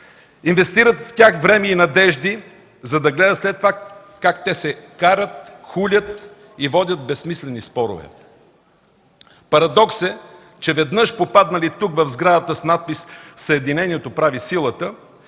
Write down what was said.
инвестират в тях време и надежди, за да гледат след това как те се карат, хулят и водят безсмислени спорове. Парадокс е, че веднъж попаднали тук, в сградата с надпис „Съединението прави силата”,